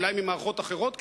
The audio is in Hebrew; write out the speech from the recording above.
אולי ממערכות אחרות,